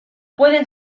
puede